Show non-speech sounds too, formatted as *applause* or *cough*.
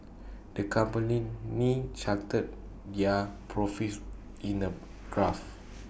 the company *unintelligible* charted their profits in A graph